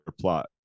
plot